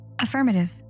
Affirmative